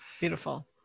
beautiful